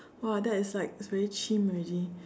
!wah! that is like very cheem already